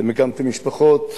אתם הקמתם משפחות,